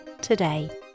today